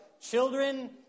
Children